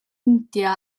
india